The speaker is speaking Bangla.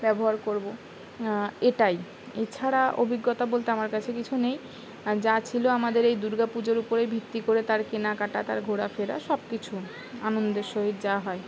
ব্যবহার করবো এটাই এছাড়া অভিজ্ঞতা বলতে আমার কাছে কিছু নেই যা ছিলো আমাদের এই দুর্গা পুজোর উপরেই ভিত্তি করে তার কেনাকাটা তার ঘোরাফেরা সব কিছু আনন্দের সহিত যা হয়